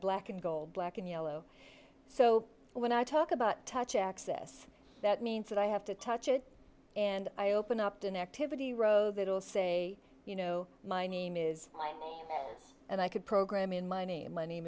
black and gold black and yellow so when i talk about touch access that means that i have to touch it and i open up to an activity row that will say you know my name is mike and i could program in money and money